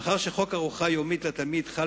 מאחר שחוק ארוחה יומית לתלמיד חל